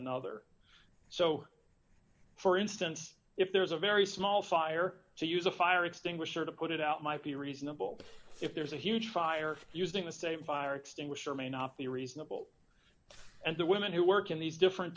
another so for instance if there's a very small fire to use a fire extinguisher to put it out might be reasonable if there's a huge fire using the same fire extinguisher may not be reasonable and the women who work in these different